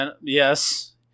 Yes